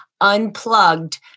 Unplugged